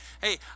Hey